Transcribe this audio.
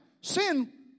sin